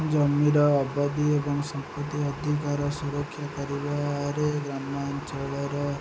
ଜମିର ଅବାଦି ଏବଂ ସମ୍ପତ୍ତି ଅଧିକାର ସୁରକ୍ଷା କରିବାରେ ଗ୍ରାମାଞ୍ଚଳର